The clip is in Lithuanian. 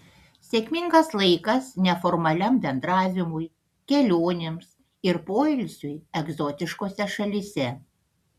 sėkmingas laikas neformaliam bendravimui kelionėms ir poilsiui egzotiškose šalyse